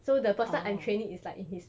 so the person I'm training is like in his